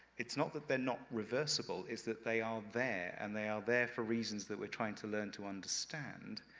it's not that they're not reversible, it's that they are there, and they are there for reasons that we're trying to learn to understand.